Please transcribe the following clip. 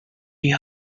you